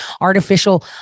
artificial